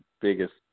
biggest